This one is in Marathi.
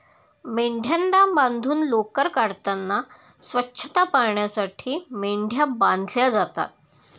मेंढ्यांना बांधून लोकर काढताना स्वच्छता पाळण्यासाठी मेंढ्या बांधल्या जातात